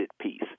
piece